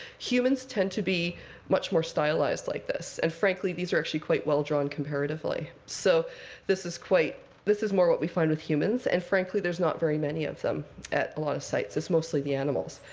humans tend to be much more stylized like this. and frankly, these are actually quite well-drawn, comparatively. so this is quite this is more what we find with humans. and frankly, there's not very many of them at a lot of sites. it's mostly the animals.